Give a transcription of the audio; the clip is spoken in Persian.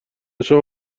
شما